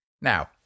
Now